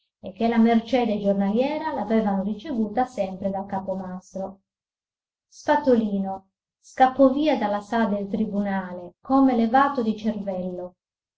e che la mercede giornaliera l'avevano ricevuta sempre dal capomastro spatolino scappò via dalla sala del tribunale come levato di cervello